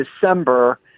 December